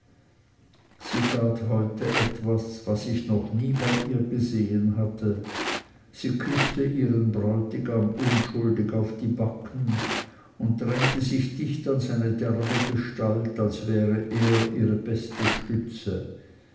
tat heute etwas was ich noch nie bei ihr gesehen hatte sie küßte ihren bräutigam unschuldig auf die backen und drängte sich dicht an seine derbe gestalt als wäre er ihre beste stütze